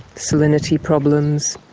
salinity problems,